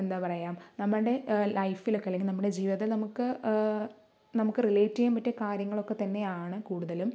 എന്താ പറയുക നമ്മളുടെ ലൈഫിൽ ഒക്കെ അല്ലെങ്കിൽ നമ്മുടെ ജീവിതത്തിൽ നമുക്ക് നമുക്ക് റിലേറ്റ് ചെയ്യാൻ പറ്റിയ കാര്യങ്ങളൊക്കെ തന്നെയാണ് കൂടുതലും